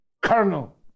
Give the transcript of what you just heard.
colonel